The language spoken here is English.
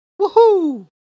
woohoo